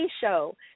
show